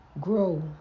Grow